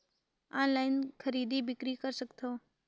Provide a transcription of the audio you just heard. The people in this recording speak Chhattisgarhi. ऑनलाइन खरीदी बिक्री कर सकथव?